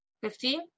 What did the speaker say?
Fifteen